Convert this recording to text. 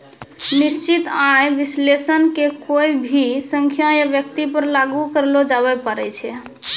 निश्चित आय विश्लेषण के कोय भी संख्या या व्यक्ति पर लागू करलो जाबै पारै छै